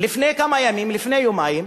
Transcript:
לפני כמה ימים, לפני יומיים,